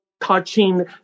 touching